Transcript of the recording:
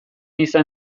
izan